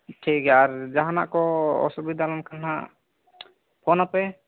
ᱴᱷᱤᱠ ᱜᱮᱭᱟ ᱟᱨ ᱡᱟᱦᱟᱱᱟᱜ ᱠᱚ ᱚᱥᱩᱵᱤᱫᱷᱟ ᱞᱮᱱ ᱠᱷᱟᱱ ᱦᱟᱸᱜ ᱯᱷᱳᱱ ᱟᱯᱮ